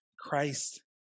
Christ